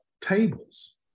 tables